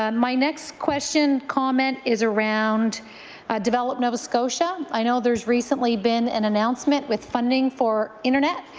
and my next question, comment is around develop nova scotia. i know there has recently been an announcement with funding for internet.